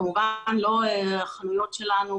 כמובן לא החנויות שלנו,